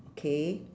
okay